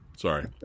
Sorry